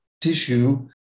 tissue